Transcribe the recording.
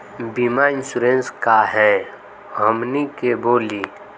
बीमा इंश्योरेंस का है हमनी के बोली?